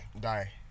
die